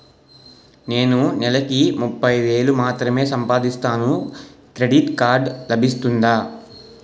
నేను నెల కి ముప్పై వేలు మాత్రమే సంపాదిస్తాను క్రెడిట్ కార్డ్ లభిస్తుందా?